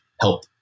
help